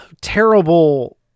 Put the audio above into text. terrible